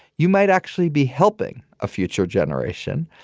you might actually be helping a future generation.